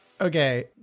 Okay